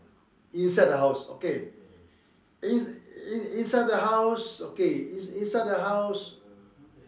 inside the house okay in in inside the house okay in inside the house